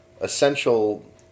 essential